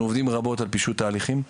אנחנו עובדים רבות על פישוט תהליכים,